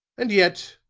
and yet,